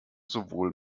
sowohl